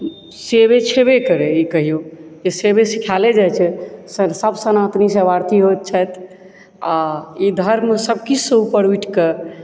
सेवे छेबै करै ई कहियौ जे सेवे सिखायले जाइत छै सभ सनातनी सेवार्थी होइत छथि आओर ई धर्मसभ किछुसँ ऊपर उठि कऽ